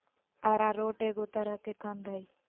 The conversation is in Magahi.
अरारोट एगो तरह के कंद हइ